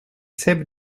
ceps